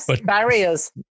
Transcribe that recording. barriers